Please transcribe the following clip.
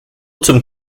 zum